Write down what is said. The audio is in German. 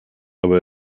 aber